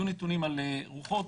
היו נתונים על רוחות.